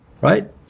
right